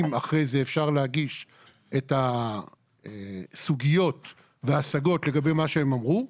אם אחרי זה אפשר להגיש את הסוגיות וההשגות לגבי מה שהם אמרו,